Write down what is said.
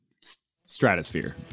stratosphere